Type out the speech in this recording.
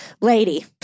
Lady